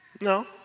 No